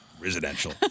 residential